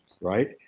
right